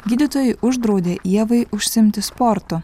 gydytojai uždraudė ievai užsiimti sportu